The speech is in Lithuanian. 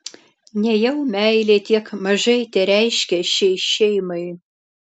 nejau meilė tiek mažai tereiškia šiai šeimai